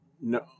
no